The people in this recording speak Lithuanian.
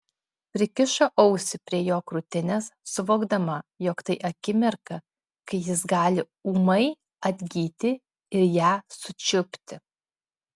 prikišo ausį prie jo krūtinės suvokdama jog tai akimirka kai jis gali ūmai atgyti ir ją sučiupti